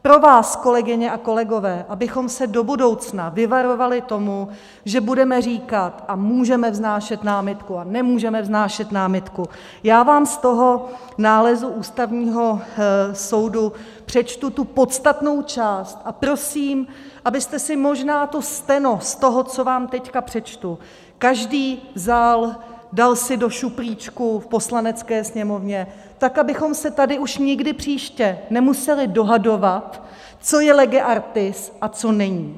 Pro vás, kolegyně a kolegové, abychom se do budoucna vyvarovali toho, že budeme říkat a můžeme vznášet námitku a nemůžeme vznášet námitku, já vám z toho nálezu Ústavního soudu přečtu tu podstatnou část a prosím, abyste si možná to steno z toho, co vám teď přečtu, každý vzal, dal si do šuplíčku v Poslanecké sněmovně, tak abychom se tady už nikdy příště nemuseli dohadovat, co je lege artis a co není.